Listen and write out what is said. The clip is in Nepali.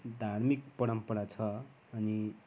घार्मिक परम्परा छ अनि